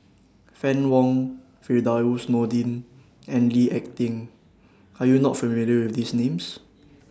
Fann Wong Firdaus Nordin and Lee Ek Tieng Are YOU not familiar with These Names